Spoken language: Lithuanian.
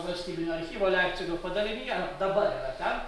valstybinio archyvo leipcigo padalinyje dabar yra ten